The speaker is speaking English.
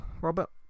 robert